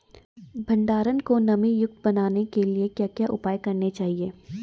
भंडारण को नमी युक्त बनाने के लिए क्या क्या उपाय करने चाहिए?